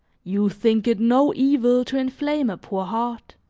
you think it no evil to inflame a poor heart,